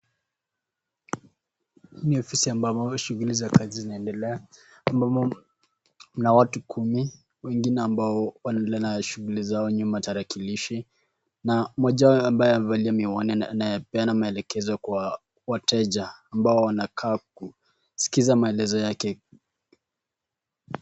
Hii ni ofisi ambamo shughuli za kazi zinaendelea ambamo mna watu kumi wengine ambao wanaendelea na shughuli zao nyuma tarakilishi na mmoja ambaye amevalia miwani anapeana maelezo kwa wateja ambao wanakaa kusikiza maelezo yake.